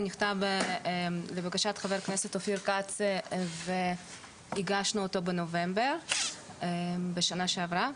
הוא נכתב לבקשת חבר הכנסת אופיר כץ והגשנו אותו בנובמבר בשנה שעברה,